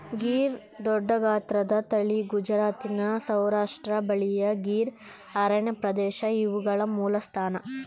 ಗೀರ್ ದೊಡ್ಡಗಾತ್ರದ ತಳಿ ಗುಜರಾತಿನ ಸೌರಾಷ್ಟ್ರ ಬಳಿಯ ಗೀರ್ ಅರಣ್ಯಪ್ರದೇಶ ಇವುಗಳ ಮೂಲಸ್ಥಾನ